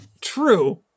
true